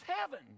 heaven